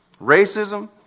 racism